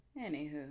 Anywho